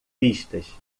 pistas